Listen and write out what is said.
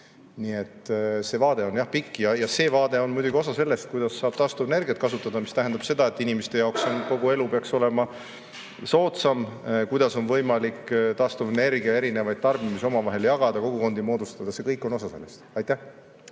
Nii et see vaade on pikk. Ja see vaade on muidugi osa sellest, kuidas saab taastuvenergiat kasutada, mis tähendab seda, et inimeste jaoks peaks kogu elu olema soodsam. Kuidas on võimalik taastuvenergia erinevaid tarbimisi omavahel jagada, kogukondi moodustada – see kõik on osa sellest. Aitäh!